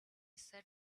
said